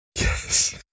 yes